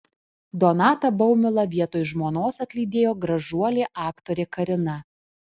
donatą baumilą vietoj žmonos atlydėjo gražuolė aktorė karina